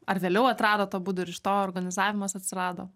ar vėliau atradot abudu ir iš to organizavimas atsirado